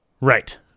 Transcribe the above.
right